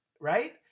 Right